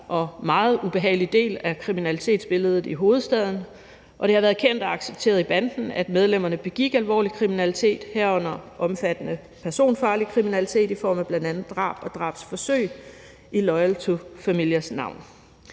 og meget ubehagelig del af kriminalitetsbilledet i hovedstaden, og det har været kendt og accepteret i banden, at medlemmerne begik alvorlig kriminalitet, herunder omfattende personfarlig kriminalitet i form af bl.a. drab og drabsforsøg, i Loyal To Familias navn.